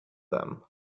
them